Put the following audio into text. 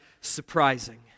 surprising